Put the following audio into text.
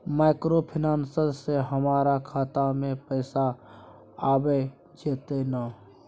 Microfinance से हमारा खाता में पैसा आबय जेतै न?